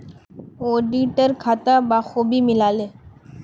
auditor खाता बखूबी मिला ले